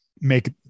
make